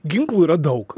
ginklų yra daug